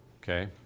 Okay